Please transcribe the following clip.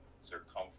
circumference